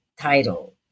title